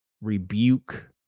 rebuke